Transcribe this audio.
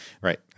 Right